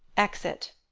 exit